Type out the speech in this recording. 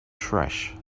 trash